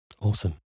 Awesome